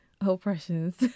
oppressions